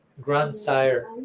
grandsire